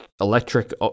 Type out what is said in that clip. electric